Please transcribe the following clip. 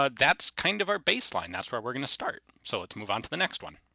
but that's kind of our baseline, that's where we're going to start. so let's move on to the next one.